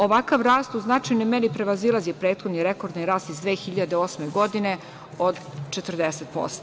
Ovakav rast u značajnoj meri prevazilazi prethodni rekordni rast iz 2008. godine od 40%